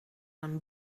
een